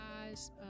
guys